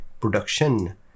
production